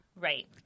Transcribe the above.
right